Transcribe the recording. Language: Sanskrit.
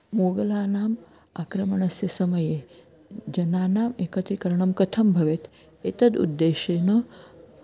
मोघलानाम् आक्रमणस्य समये जनानाम् एकत्रीकरणं कथं भवेत् एतद् उद्देशेन